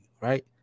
right